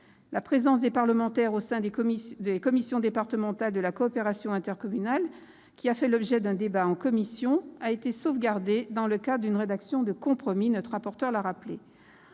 La présence des parlementaires au sein des commissions départementales de la coopération intercommunale, qui a fait l'objet d'un débat en commission, a été maintenue. Elle est le fruit d'une rédaction de compromis, comme l'a rappelé